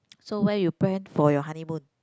so where you plan for your honeymoon